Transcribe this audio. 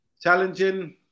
challenging